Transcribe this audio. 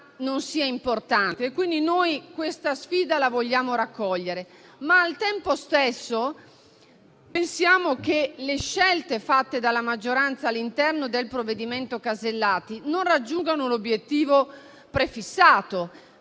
non sia importante, quindi vogliamo raccogliere questa sfida ma al tempo stesso pensiamo che le scelte fatte dalla maggioranza all'interno del provvedimento Casellati non raggiungano l'obiettivo prefissato.